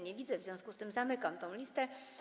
Nie widzę, w związku z tym zamykam listę.